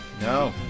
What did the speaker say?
No